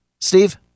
steve